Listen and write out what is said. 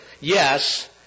yes